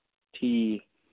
ٹھیٖک